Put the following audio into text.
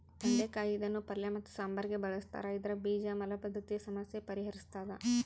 ತೊಂಡೆಕಾಯಿ ಇದನ್ನು ಪಲ್ಯ ಮತ್ತು ಸಾಂಬಾರಿಗೆ ಬಳುಸ್ತಾರ ಇದರ ಬೀಜ ಮಲಬದ್ಧತೆಯ ಸಮಸ್ಯೆ ಪರಿಹರಿಸ್ತಾದ